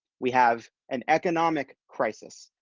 we have an economic crisis,